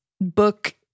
book